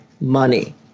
money